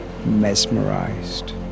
mesmerized